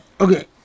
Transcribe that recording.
Okay